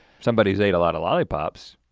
somebody's ate a lot of lollipops.